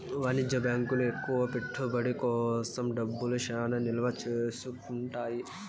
వాణిజ్య బ్యాంకులు ఎక్కువ పెట్టుబడి కోసం డబ్బులు చానా నిల్వ చేసుకుంటాయి